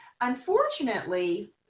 unfortunately